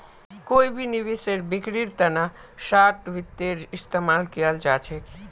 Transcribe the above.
कोई भी निवेशेर बिक्रीर तना शार्ट वित्तेर इस्तेमाल कियाल जा छेक